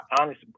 honest